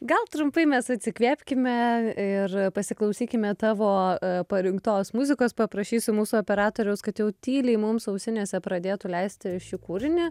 gal trumpai mes atsikvėpkime ir pasiklausykime tavo parinktos muzikos paprašysiu mūsų operatoriaus kad jau tyliai mums ausinėse pradėtų leisti šį kūrinį